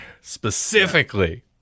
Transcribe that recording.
specifically